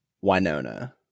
Winona